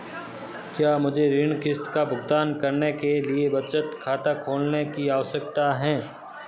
क्या मुझे ऋण किश्त का भुगतान करने के लिए बचत खाता खोलने की आवश्यकता है?